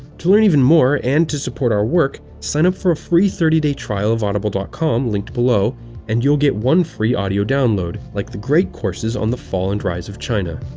to learn even more, and to support our work, sign up for a free thirty trial of audible dot com linked below and you'll get one free audio download, like the great courses on the fall and rise of china.